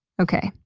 okay,